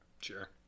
sure